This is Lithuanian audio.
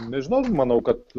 nežinau manau kad